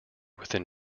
within